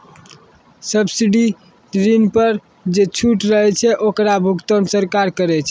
subsidy ऋण पर जे छूट रहै छै ओकरो भुगतान सरकार करै छै